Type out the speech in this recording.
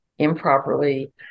improperly